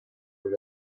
were